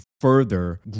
further